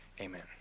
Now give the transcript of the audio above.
amen